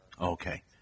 Okay